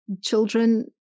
children